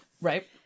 right